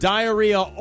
Diarrhea